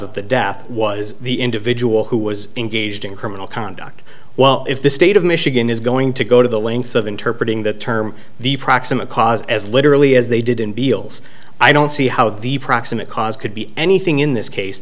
of the death was the individual who was engaged in criminal conduct well if the state of michigan is going to go to the length of interpret ing that term the proximate cause as literally as they did in beale's i don't see how the proximate cause could be anything in this case